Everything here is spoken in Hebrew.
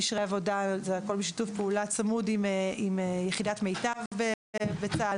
הכול בשיתוף פעולה צמוד עם יחידת מיט"ב בצה"ל.